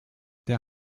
der